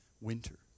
winter